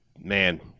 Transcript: man